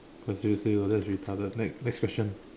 no seriously though that's retarded next next question